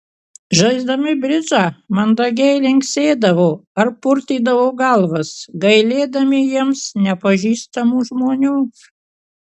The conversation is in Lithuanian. žaisdami bridžą mandagiai linksėdavo ar purtydavo galvas gailėdami jiems nepažįstamų žmonių